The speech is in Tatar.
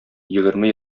егерме